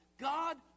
god